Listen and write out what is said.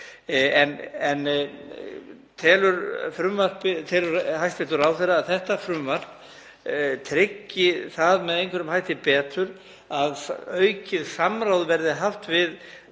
En telur hæstv. ráðherra að þetta frumvarp tryggi það betur með einhverjum hætti að aukið samráð verði haft við